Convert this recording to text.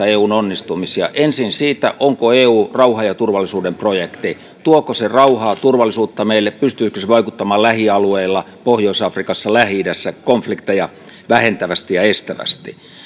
eun onnistumisia kolmessa asiassa ensin siinä onko eu rauhan ja turvallisuuden projekti tuoko se rauhaa turvallisuutta meille pystyykö se vaikuttamaan lähialueilla pohjois afrikassa lähi idässä konflikteja vähentävästi ja estävästi